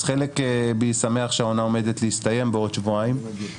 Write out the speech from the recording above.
אז חלק בי שמח שהעונה עומדת להסתיים בעוד שבועיים-שלושה,